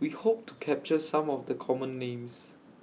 We Hope to capture Some of The Common Names